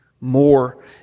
more